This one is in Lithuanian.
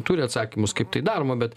turi atsakymus kaip tai daroma bet